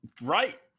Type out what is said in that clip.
Right